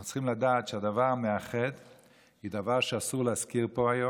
אנחנו צריכים לדעת שהדבר המאחד הוא דבר שאסור להזכיר פה היום,